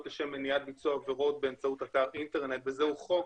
לשם מניעת ביצוע עבירות באמצעות אתר אינטרנט וזה חוק